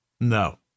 No